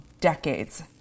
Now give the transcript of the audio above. decades